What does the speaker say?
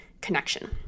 connection